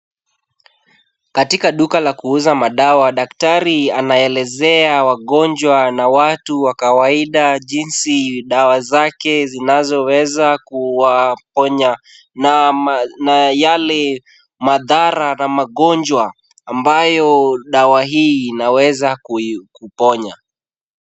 Katika duka la kuuza madawa daktari anaelezea wagonjwa na watu wa kawaida jinsi dawa zake zinazoweza kuwaponya na yale madhara na magonjwa ambayo dawa hii inaweza kuponya.